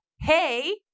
hey